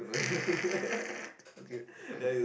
okay